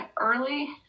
early